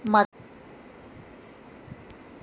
मातीचा पोत पिकाईच्या वाढीवर कसा परिनाम करते?